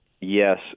Yes